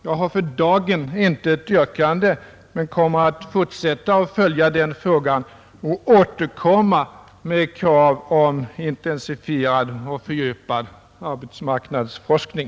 Jag har för dagen intet yrkande men fortsätter att följa frågan och återkommer med krav på intensifierad och fördjupad arbetsmarknadsforskning.